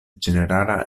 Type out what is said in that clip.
ĝenerala